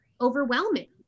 overwhelming